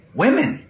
women